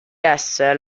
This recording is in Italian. esse